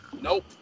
Nope